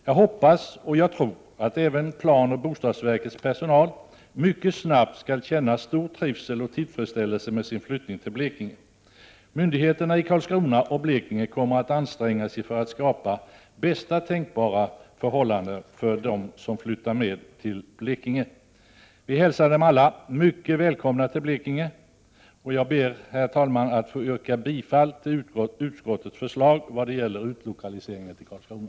Jag hoppas och tror att även planoch bostadsverkets personal mycket snabbt skall känna stor trivsel och tillfredsställelse med sin flyttning till I Blekinge. Myndigheterna i Karlskrona och Blekinge kommer att anstränga sig för att skapa bästa tänkbara förhållanden för dem som flyttar med till Blekinge. Vi hälsar dem alla mycket välkomna till Blekinge, och jag ber, herr talman, att få yrka bifall till utskottets förslag vad gäller utlokaliseringen till Karlskrona.